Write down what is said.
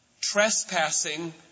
Trespassing